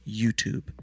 YouTube